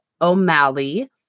o'malley